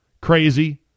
Crazy